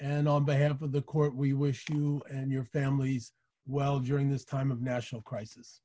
and on behalf of the court we wish you and your families well during this time of national crisis